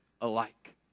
alike